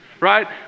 right